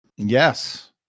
Yes